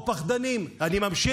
מזעזע שראש הממשלה קורא לנו, אני ממשיך.